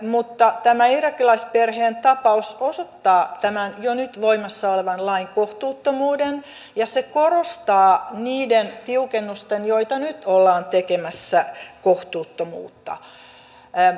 mutta tämä irakilaisperheen tapaus osoittaa tämän jo nyt voimassa olevan lain kohtuuttomuuden ja se korostaa niiden tiukennusten joita nyt ollaan tekemässä kohtuuttomuutta